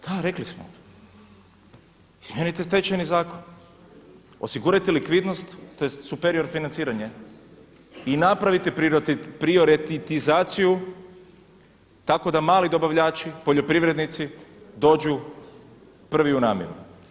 Da, rekli smo, izmijenite Stečajni zakon, osigurajte likvidnost tj. superior financiranje i napravite prioritetizaciju tako da mali dobavljači, poljoprivrednici dođu prvi u namjenu.